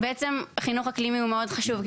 חינוך אקלימי הוא מאוד חשוב,